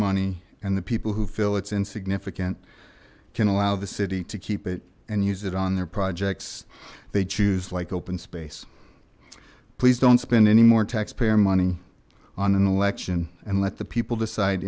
money and the people who feel it's in significant can allow the city to keep it and use it on their projects they choose like open space please don't spend any more taxpayer money on an election and let the people decide